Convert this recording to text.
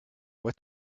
what